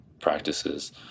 practices